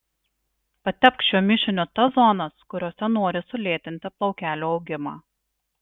patepk šiuo mišiniu tas zonas kuriose nori sulėtinti plaukelių augimą